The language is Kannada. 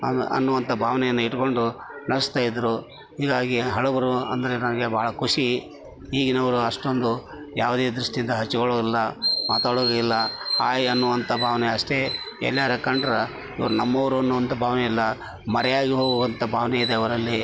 ಅನ್ನು ಅನ್ನುವಂತ ಭಾವನೆಯನ್ನ ಇಟ್ಟುಕೊಂಡು ನಡೆಸ್ತಾಯಿದ್ರು ಹೀಗಾಗಿ ಹಳಬರು ಅಂದರೆ ನನಗೆ ಬಹಳ ಖುಷಿ ಈಗಿನವರು ಅಷ್ಟೊಂದು ಯಾವುದೆ ದೃಷ್ಟಿಯಿಂದ ಹಚ್ಕೊಳ್ಳಲ್ಲ ಮಾತಾಡೋದು ಇಲ್ಲ ಹಾಯ್ ಅನ್ನುವಂತ ಭಾವನೆ ಅಷ್ಟೆ ಎಲ್ಲಾರು ಕಂಡ್ರೆ ಇವ್ರು ನಮ್ಮವರು ಅನ್ನುವಂತ ಭಾವನೆ ಇಲ್ಲ ಮರೆಯಾಗಿ ಹೋಗುವಂತ ಭಾವನೆ ಇದೆ ಅವರಲ್ಲಿ